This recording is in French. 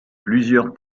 plusieurs